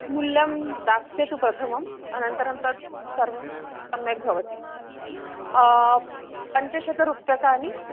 मूल्यं दास्यतु प्रथमम् अनन्तरं तद् सर्वं सम्यक् भवति पञ्चशतरूप्यकाणि